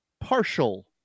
partial